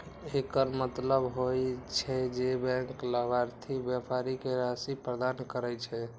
एकर मतलब होइ छै, जे बैंक लाभार्थी व्यापारी कें राशि प्रदान करै छै